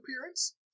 appearance